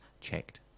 checked